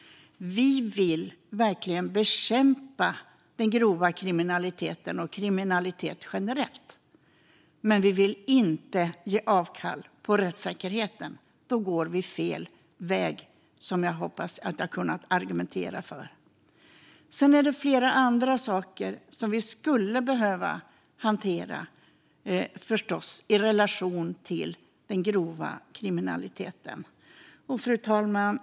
Vi vill verkligen bekämpa den grova kriminaliteten och kriminalitet generellt. Men vi vill inte ge avkall på rättssäkerheten. Då går vi fel väg, som jag hoppas att jag har kunnat argumentera för. Det är förstås flera andra saker som vi skulle behöva hantera i relation till den grova kriminaliteten. Fru talman!